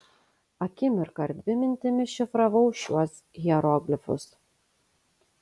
akimirką ar dvi mintimis šifravau šiuos hieroglifus